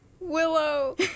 Willow